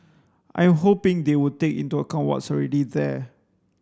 I'm hoping they would take into account what's already there